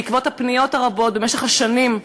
בעקבות הפניות הרבות שהגיעו במשך השנים,